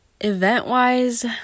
Event-wise